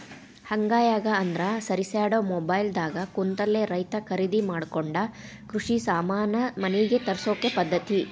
ಅಂಗೈಯಾಗ ಅಂದ್ರ ಸರಿಸ್ಯಾಡು ಮೊಬೈಲ್ ದಾಗ ಕುಂತಲೆ ರೈತಾ ಕರಿದಿ ಮಾಡಕೊಂಡ ಕೃಷಿ ಸಾಮಾನ ಮನಿಗೆ ತರ್ಸಕೊ ಪದ್ದತಿ